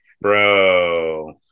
bro